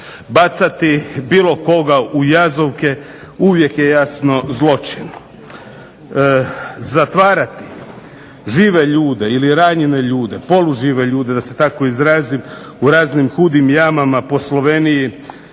Bacati bilo koga u jazovke uvijek je jasno zločin. Zatvarati žive ljude, ranjene ljude, polužive ljude da se tako izrazim u raznim hudim jamama u Sloveniji